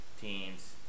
teams